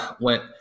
went